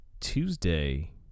Tuesday